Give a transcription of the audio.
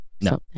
No